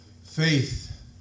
faith